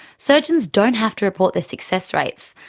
surgeons don't have to report their success rates,